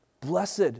blessed